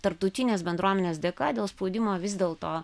tarptautinės bendruomenės dėka dėl spaudimo vis dėl to